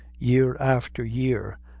year after year,